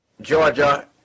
Georgia